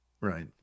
right